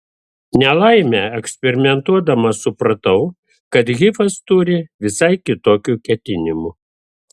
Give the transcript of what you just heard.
nelaimė eksperimentuodama supratau kad hifas turi visai kitokių ketinimų